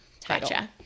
title